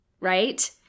right